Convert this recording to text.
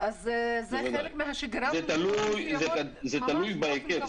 זה תלוי בהיקף.